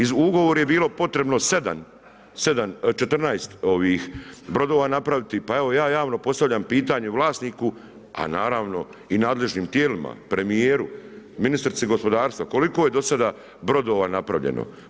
Iz ugovora je bilo potrebno 7, 14 brodova napraviti, pa ja javno postavljam pitanje vlasniku, a naravno i nadležnim tijelima, premjeru, ministrici gospodarstva, koliko je dosada brodova napravljeno.